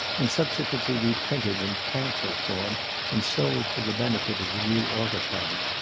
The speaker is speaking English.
and subsequently reprinted in pamphlet form and sold for the benefit of the new altar fund.